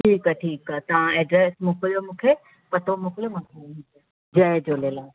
ठीकु आहे ठीकु आहे तव्हां एड्रेस मोकिलियो मूंखे पतो मोकिलियो मां जय झूलेलाल